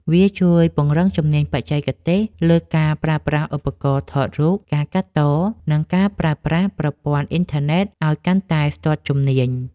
វាជួយពង្រឹងជំនាញបច្ចេកទេសលើការប្រើប្រាស់ឧបករណ៍ថតរូប ការកាត់ត និងការប្រើប្រាស់ប្រព័ន្ធអ៊ីនធឺណិតឱ្យកាន់តែស្ទាត់ជំនាញ។